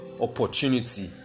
opportunity